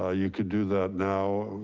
ah you could do that now,